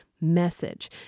message